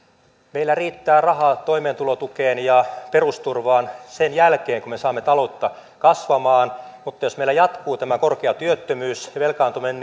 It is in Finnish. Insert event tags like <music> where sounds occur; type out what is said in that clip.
meillä riittää rahaa toimeentulotukeen ja perusturvaan sen jälkeen kun me saamme taloutta kasvamaan mutta jos meillä jatkuu tämä korkea työttömyys ja velkaantuminen <unintelligible>